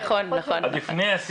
על בני הנוער,